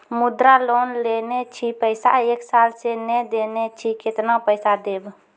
मुद्रा लोन लेने छी पैसा एक साल से ने देने छी केतना पैसा देब?